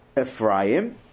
Ephraim